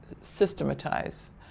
systematize